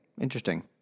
Interesting